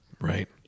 Right